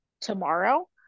tomorrow